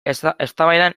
eztabaidan